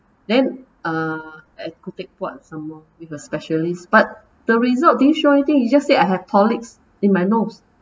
then uh at khoo teck puat some more with a specialist but the result didn't show anything it just said I have polyps in my nose